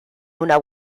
una